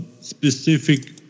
specific